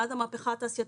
מאז המהפכה התעשייתית,